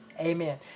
Amen